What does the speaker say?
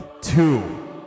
two